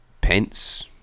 pence